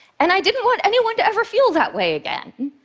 and i didn't want anyone to ever feel that way again.